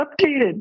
updated